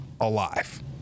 alive